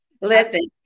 Listen